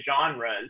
genres